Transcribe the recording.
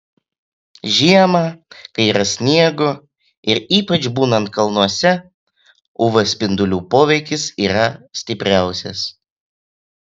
žiemą kai yra sniego ir ypač būnant kalnuose uv spindulių poveikis yra stipriausias